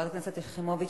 חברת הכנסת יחימוביץ,